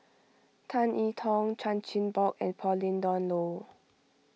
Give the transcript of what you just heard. Tan E Tong Chan Chin Bock and Pauline Dawn Loh